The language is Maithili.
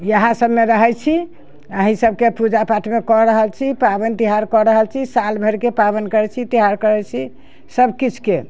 इएह सभमे रहै छी अहि सभके पूजा पाठके कऽ रहल छी पाबनि तिहार कऽ रहल छी साल भरि के पाबनि करै छी तिहार करै छी सभकिछु के